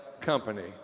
company